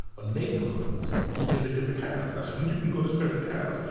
ah neighborhoods in the different towns. you could go to certain towns.